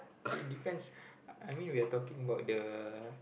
it depends lah I mean we are talking about the